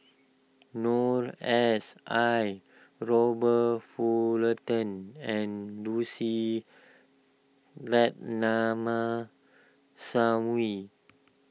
Noor S I Robert Fullerton and Lucy Ratnammah Sam way